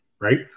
right